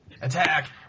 Attack